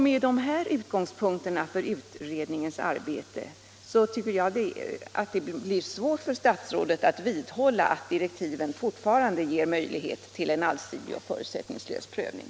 Med dessa utgångspunkter för utredningens arbete tycker jag att det blir svårt för statsrådet att vidhålla att direktiven fortfarande ger möjlighet till en allsidig och förutsättningslös prövning.